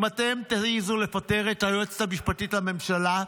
אם אתם תעזו לפטר את היועצת המשפטית לממשלה,